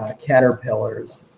ah caterpillars.